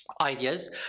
ideas